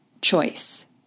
choice